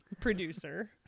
Producer